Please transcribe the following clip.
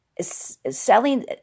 selling